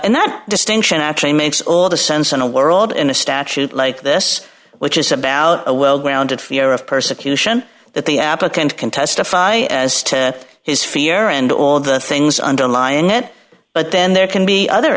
and that distinction actually makes all the sense in a world in a statute like this which is about a well grounded fear of persecution that the applicant can testify as to his fear and all the things underlying it but then there can be other